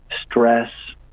stress